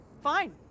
fine